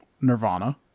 Nirvana